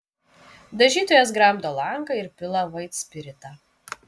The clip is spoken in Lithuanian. dažytojas gramdo langą ir pila vaitspiritą